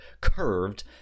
curved